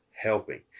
Helping